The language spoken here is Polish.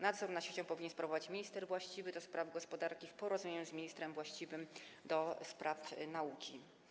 Nadzór nad siecią powinien sprawować minister właściwy do spraw gospodarki w porozumieniu z ministrem właściwym do spraw nauki.